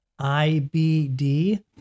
IBD